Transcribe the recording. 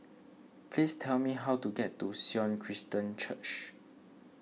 please tell me how to get to Sion Christian Church